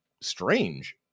strange